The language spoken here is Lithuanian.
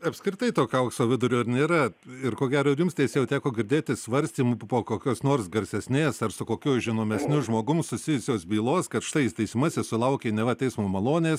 apskritai tokio aukso vidurio ir nėra ir ko gero ir jums teisėjau teko girdėti svarstymų po po kokios nors garsesnės ar su kokiu žinomesniu žmogum susijusios bylos kad štai teisiamasis sulaukė neva teismo malonės